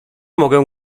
mogę